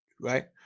right